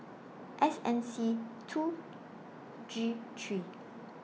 S N C two G three